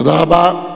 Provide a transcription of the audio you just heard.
תודה רבה.